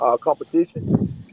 competition